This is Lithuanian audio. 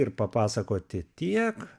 ir papasakoti tiek